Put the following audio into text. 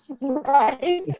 Right